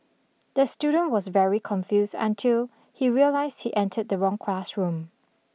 the student was very confused until he realised he entered the wrong classroom